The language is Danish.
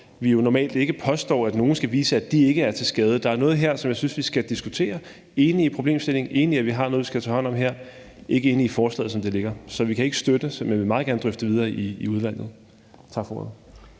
jo normalt ikke påstå, at nogen skal vise, at de ikke er til skade. Der er noget her, jeg synes vi skal diskutere. Jeg er enig i problemstillingen, enig i, at vi har noget, vi skal tage hånd om her, men jeg er ikke enig i forslaget, som det ligger. Så vi kan ikke støtte, selv om jeg meget gerne vil drøfte det videre i udvalget. Tak for ordet.